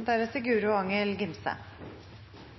denne salen er